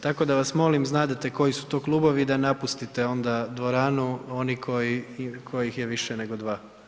Tako da vas molim, znadete koji su to klubovi, da napustite onda dvoranu, oni kojih je više nego dva.